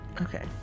Okay